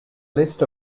list